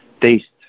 taste